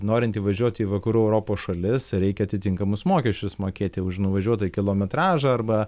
norint įvažiuoti į vakarų europos šalis reikia atitinkamus mokesčius mokėti už nuvažiuotą kilometražą arba